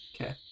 Okay